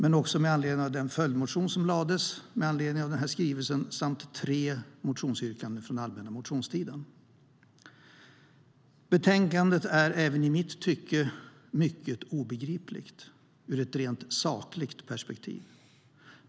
Andra anledningar är den följdmotion som lades med anledning av skrivelsen samt tre motionsyrkanden från allmänna motionstiden. Betänkandet är, även i mitt tycke, mycket obegripligt ur ett sakligt perspektiv.